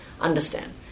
understand